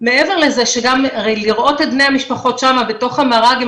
מעבר לזה שגם לראות את בני המשפחות שמה בתוך המר"גים,